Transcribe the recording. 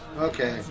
Okay